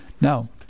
Now